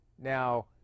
now